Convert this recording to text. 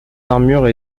armures